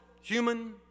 human